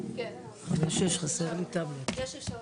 ממש מהדברים שאמרה הגב' ממכללת רופין,